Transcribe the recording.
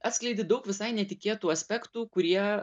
atskleidi daug visai netikėtų aspektų kurie